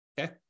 Okay